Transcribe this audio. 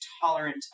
tolerant